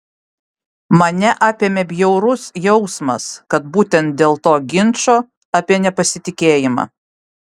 mane apėmė bjaurus jausmas kad būtent dėl to ginčo apie nepasitikėjimą